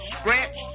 scratch